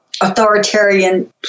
authoritarian